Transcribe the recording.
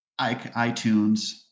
iTunes